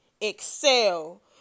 excel